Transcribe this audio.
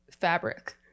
fabric